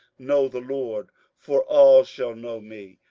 know the lord for all shall know me,